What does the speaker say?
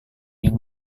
yang